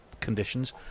conditions